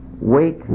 wait